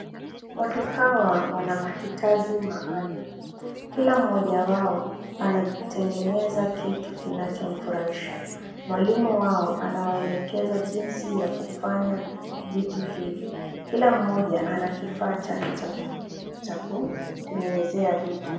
Watu hawa, wana mahitaji maalum. Kila mmoja wao, anaitengeneza kitu kinachomfurahisha. Mwalimu wao, anawaelekeza jinsi ya kufanya vitu hivi. Kila mmoja, anakifaa chake cha kutengenezea vitu.